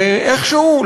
ואיכשהו,